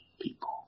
people